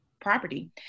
property